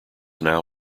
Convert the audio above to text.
now